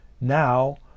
now